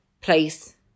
place